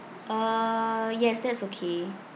uh yes that's okay